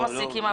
אני לא מגזים,